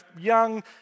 young